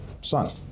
son